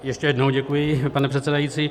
Ještě jednou děkuji, pane předsedající.